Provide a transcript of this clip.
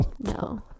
No